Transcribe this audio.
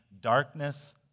darkness